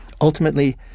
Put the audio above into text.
Ultimately